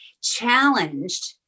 challenged